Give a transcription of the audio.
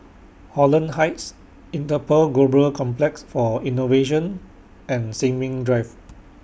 Holland Heights Interpol Global Complex For Innovation and Sin Ming Drive